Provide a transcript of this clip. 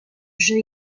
jeu